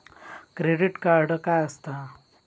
Credit card काय असता?